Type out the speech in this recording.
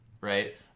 right